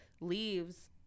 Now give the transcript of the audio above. leaves